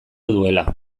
duela